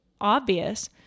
obvious